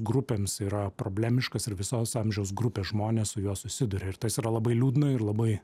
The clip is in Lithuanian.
grupėms yra problemiškas ir visos amžiaus grupės žmonės su juo susiduria ir tas yra labai liūdna ir labai